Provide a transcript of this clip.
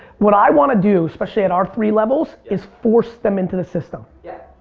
what i want to do, especially at our three levels, is force them into the system. yeah.